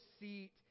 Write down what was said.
seat